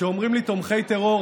כשאומרים לי "תומכי טרור",